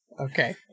Okay